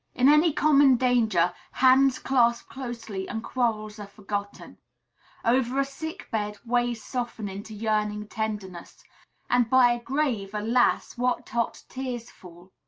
in any common danger, hands clasp closely and quarrels are forgotten over a sick-bed hard ways soften into yearning tenderness and by a grave, alas! what hot tears fall!